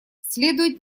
следует